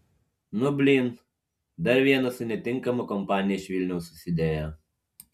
nu blyn dar vienas su netinkama kompanija iš vilniaus susidėjo